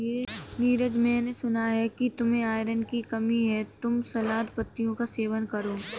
नीरज मैंने सुना कि तुम्हें आयरन की कमी है तुम सलाद पत्तियों का सेवन करो